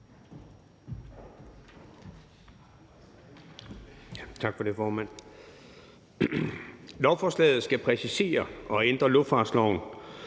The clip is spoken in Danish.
Tak for det, formand. Lovforslaget skal præcisere og ændre luftfartsloven,